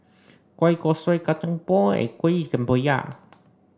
Kueh Kosui Kacang Pool Kuih Kemboja